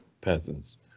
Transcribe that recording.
peasants